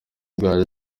bwayo